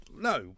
no